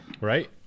Right